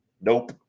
nope